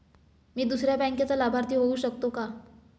मी दुसऱ्या बँकेचा लाभार्थी होऊ शकतो का?